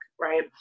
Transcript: right